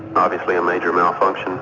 obviously, a major malfunction